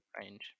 Range